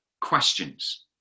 questions